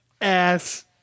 ass